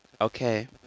Okay